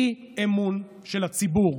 אי-אמון של הציבור.